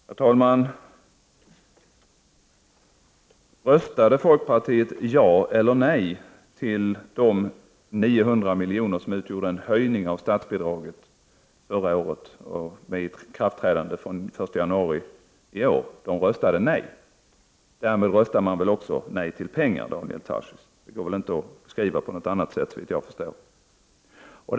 Herr talman! Röstade folkpartiet ja eller nej till den höjning av statsbidraget med 900 milj.kr. som beslutades förra året, med ikraftträdande den 1 januari i år? Man röstade nej, och därmed röstade man väl också nej till pengar, Daniel Tarschys. Det kan såvitt jag förstår inte beskrivas på något annat sätt.